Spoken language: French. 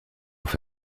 trop